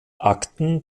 akten